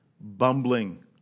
bumbling